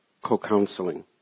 co-counseling